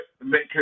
make